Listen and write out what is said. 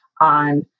on